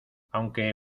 aunque